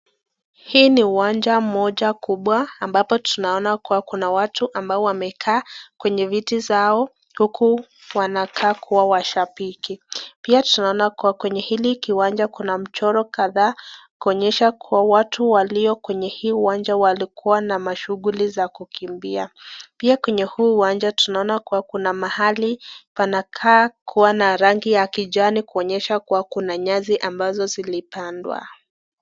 Hii ni uwanja moja kubwa, ambapo tunaona kuwa kuna watu ambao wamekaa kwenye viti zao, huku wanakaa kuwa washabiki. Pia tunaona kuwa kwenye hili kiwanja kuna mchoro kadhaa, kuonyesha kuwa watu walio kwenye hii uwanja walikuwa na mashughuli za kukimbia. Pia kwenye huu uwanja tunaona kuwa kuna mahali panakaa kuwa na rangi ya kijani, kuonyesha kuwa kuna nyasi ambazo zilipandwa.